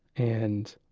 and